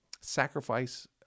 sacrifice